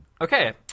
Okay